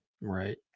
Right